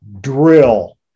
drill